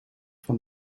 van